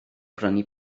brynu